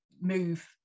move